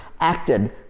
acted